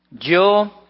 Yo